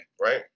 right